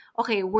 okay